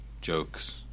jokes